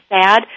sad